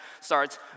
starts